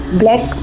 black